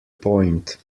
point